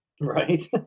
right